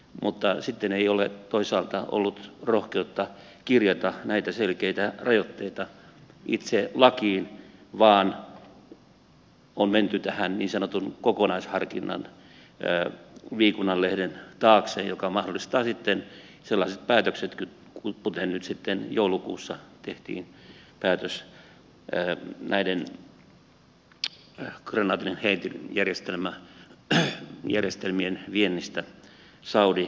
mutta sitten ei ole toisaalta ollut rohkeutta kirjata näitä selkeistä rajoitteita itse lakiin vaan on menty tähän niin sanotun kokonaisharkinnan viikunanlehden taakse mikä mahdollistaa sitten sellaiset päätökset kuten nyt joulukuussa tehty päätös näiden kranaatinheitinjärjestelmien viennistä saudi arabiaan